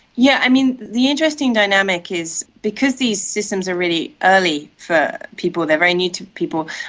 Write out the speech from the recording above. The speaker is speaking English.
yeah i mean, the interesting dynamic is because these systems are really early for people, they are very new to people,